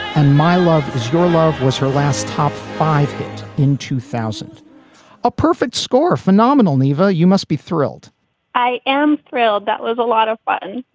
and my love is your love was her last top five hit in two thousand point a perfect score. phenomenal nivea. you must be thrilled i am thrilled. that was a lot of fun